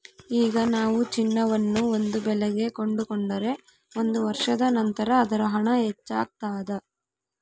ಈಗ ನಾವು ಚಿನ್ನವನ್ನು ಒಂದು ಬೆಲೆಗೆ ಕೊಂಡುಕೊಂಡರೆ ಒಂದು ವರ್ಷದ ನಂತರ ಅದರ ಹಣ ಹೆಚ್ಚಾಗ್ತಾದ